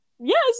yes